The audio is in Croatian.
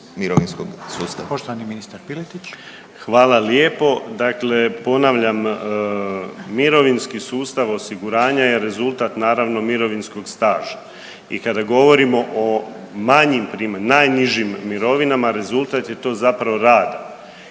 Marin (HDZ)** Hvala lijepo. Dakle ponavljam, mirovinski sustav osiguranja je rezultat naravno mirovinskog staža i kada govorimo o manjim primanjima, najnižim mirovinama, rezultat je to zapravo rada.